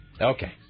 Okay